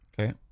Okay